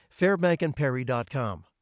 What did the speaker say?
Fairbankandperry.com